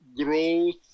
growth